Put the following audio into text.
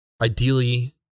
Ideally